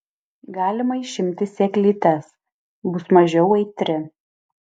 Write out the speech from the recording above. galima išimti sėklytes bus mažiau aitri